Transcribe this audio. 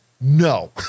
No